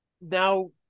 now